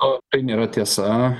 o tai nėra tiesa